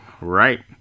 Right